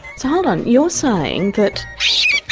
so hold on, you're saying that